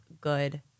good